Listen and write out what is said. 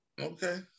Okay